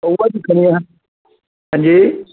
कठुआ दिक्खना ऐ अंजी